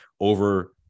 over